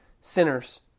sinners